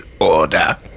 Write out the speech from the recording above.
order